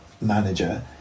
manager